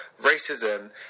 racism